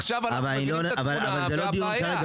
כי עכשיו אנחנו יודעים את התמונה ואת הבעיה,